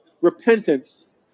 repentance